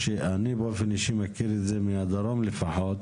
אני באופן אישי מכיר מהדרום לפחות.